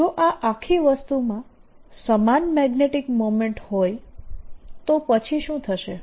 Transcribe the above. જો આ આખી વસ્તુમાં સમાન મેગ્નેટીક મોમેન્ટ હોય તો પછી શું થશે